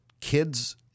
kids